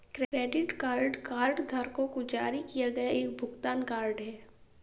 credit card कार्डधारकों को जारी किया गया एक भुगतान कार्ड है